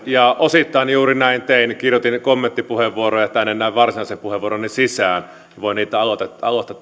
osittain juuri näin tein kirjoitin kommenttipuheenvuoroja tänne varsinaisen puheenvuoroni sisään voin niitä avata tässä näin